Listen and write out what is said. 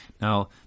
Now